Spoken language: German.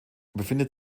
befindet